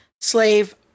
slave